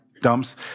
dumps